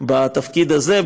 בתפקיד הזה,